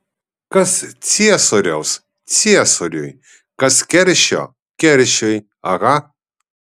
kas ciesoriaus ciesoriui kas keršio keršiui aha